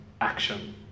action